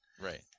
Right